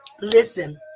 listen